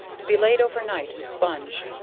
to be laid over night in spunge,